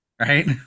right